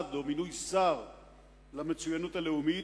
משרד או מינוי שר למצוינות לאומית,